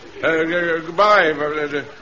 Goodbye